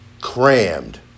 crammed